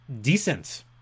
decent